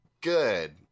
good